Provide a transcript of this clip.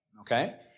okay